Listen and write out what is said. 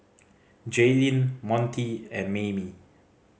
Jaylynn Montie and Maymie